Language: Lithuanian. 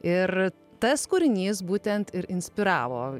ir tas kūrinys būtent ir inspiravo